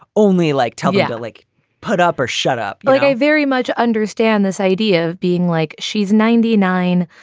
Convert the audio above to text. only like tell you to like put up or shut up like i very much understand this idea of being like, she's ninety nine.